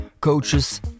coaches